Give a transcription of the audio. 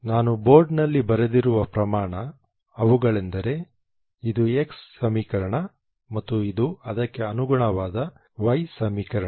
ನಾನು ಬೋರ್ಡ್ ನಲ್ಲಿ ಬರೆದಿರುವ ಪ್ರಮಾಣ ಅವುಗಳೆಂದರೆ ಇದು X ಸಮೀಕರಣ ಮತ್ತು ಇದು ಅದಕ್ಕೆ ಅನುಗುಣವಾದ Y ಸಮೀಕರಣ